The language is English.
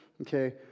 okay